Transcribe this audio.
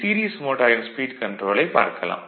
series மோட்டாரின் speed கன்ட்ரோலைப் பார்க்கலாம்